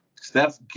Steph